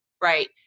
Right